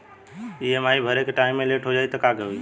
EMI भरे के time मे लेट हो जायी त का होई?